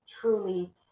truly